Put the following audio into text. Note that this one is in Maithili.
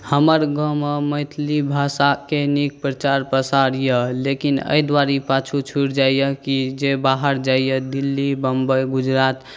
हमर गाँवमे मैथिली भाषाके नीक प्रचार प्रसार यए लेकिन एहि दुआरे ई पाछू छुटि जाइए कि जे बाहर जाइए दिल्ली बम्बइ गुजरात